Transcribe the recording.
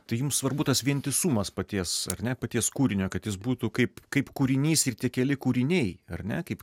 tai jums svarbu tas vientisumas paties ar ne paties kūrinio kad jis būtų kaip kaip kūrinys ir tie keli kūriniai ar ne kaip